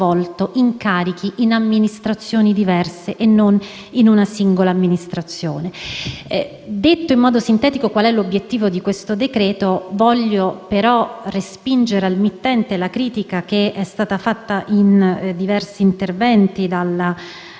incarichi in amministrazioni diverse e non in una singola amministrazione. Dopo aver illustrato in modo sintetico qual è l'obiettivo di questo decreto, voglio però respingere al mittente la critica che è stata fatta da diversi interventi, dalla senatrice